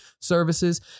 services